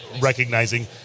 recognizing